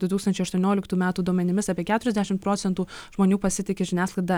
du tūkstančiai aštuonioliktų metų duomenimis apie keturiasdešimt procentų žmonių pasitiki žiniasklaida